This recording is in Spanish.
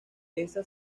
esas